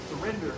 surrender